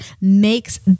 makes